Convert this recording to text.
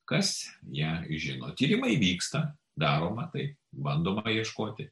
kas ją žino tyrimai vyksta daroma tai bandoma ieškoti